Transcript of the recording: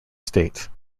state